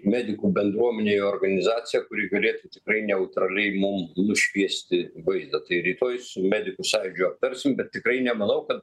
medikų bendruomenėj organizacija kuri galėtų tikrai neutraliai mum nušviesti vaizdą tai rytoj su medikų sąjūdžiu aptarsim bet tikrai nemanau kad